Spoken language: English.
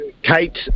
Kate